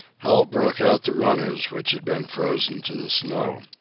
hal broke out the runners which had been frozen to the snow.